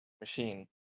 machine